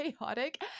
chaotic